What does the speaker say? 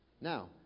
Now